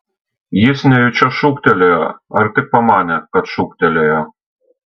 jis nejučia šūktelėjo ar tik pamanė kad šūktelėjo